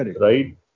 right